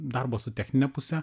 darbo su technine puse